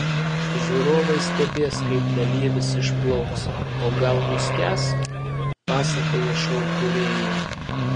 žiūrovai stebės kaip dalyvis išplauks o gal nuskęs pasakoja šou kūrėjai